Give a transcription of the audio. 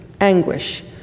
anguish